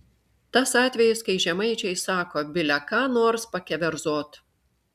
tas atvejis kai žemaičiai sako bile ką nors pakeverzot